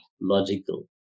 logical